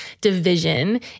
division